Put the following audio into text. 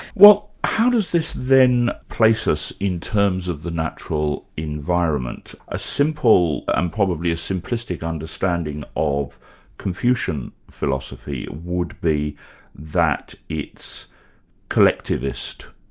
well how does this then place us in terms of the natural environment? a simple, and probably a simplistic understanding of confucian philosophy would be that it's collectivist,